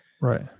Right